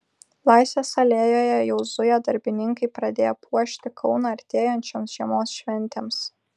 laisvės alėjoje jau zuja darbininkai pradėję puošti kauną artėjančioms žiemos šventėms